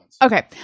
Okay